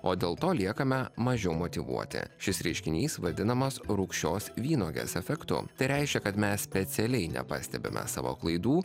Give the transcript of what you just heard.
o dėl to liekame mažiau motyvuoti šis reiškinys vadinamas rūgščios vynuogės efektu tai reiškia kad mes specialiai nepastebime savo klaidų